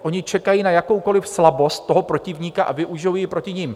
Oni čekají na jakoukoli slabost toho protivníka a využijou ji proti nim.